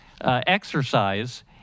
exercise